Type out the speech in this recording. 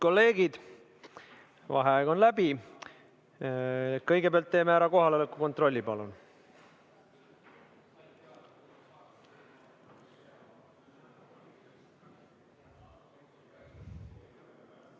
Vaheaeg on läbi. Kõigepealt teeme kohaloleku kontrolli, palun!